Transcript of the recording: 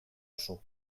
oso